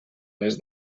les